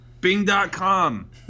Bing.com